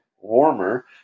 warmer